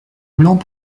blanc